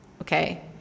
okay